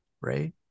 right